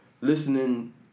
listening